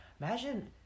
Imagine